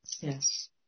Yes